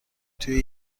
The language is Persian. توی